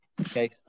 Okay